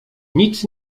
nic